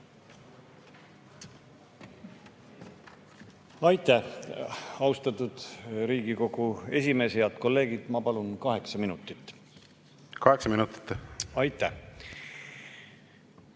Aitäh, austatud Riigikogu esimees! Head kolleegid! Ma palun kaheksa minutit. Kaheksa minutit. Aitäh!